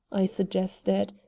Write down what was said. i suggested.